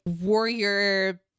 warrior